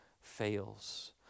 fails